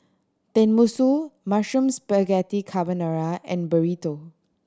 Tenmusu Mushroom Spaghetti Carbonara and Burrito